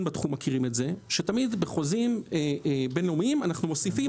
בתחום מכירים את זה שתמיד בחוזים בין-לאומיים אנחנו מוסיפים